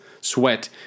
sweat